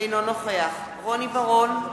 אינו נוכח רוני בר-און,